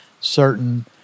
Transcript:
certain